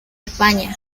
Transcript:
españa